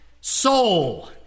soul